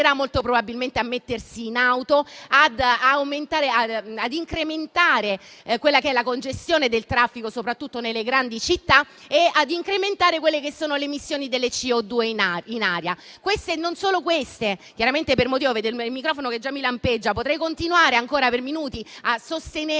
Grazie a tutti